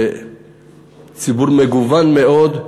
ציבור מגוון מאוד.